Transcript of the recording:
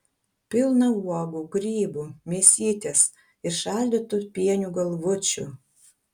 pilną uogų grybų mėsytės ir šaldytų pienių galvučių